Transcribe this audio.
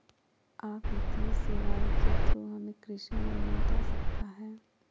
आ वित्तीय सेवाएं के थ्रू हमें कृषि लोन मिलता सकता है?